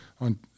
on